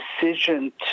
decision